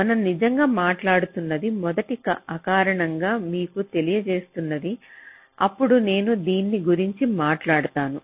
మనం నిజంగా మాట్లాడుతున్నది మొదట అకారణంగా మీకు తెలియజేస్తున్నది అప్పుడు నేను దీని గురించి మాట్లాడతాను